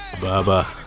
Baba